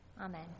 Amen